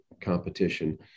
competition